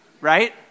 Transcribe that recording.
right